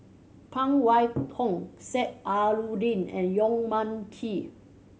Phan Wait Hong Sheik Alau'ddin and Yong Mun Chee